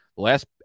last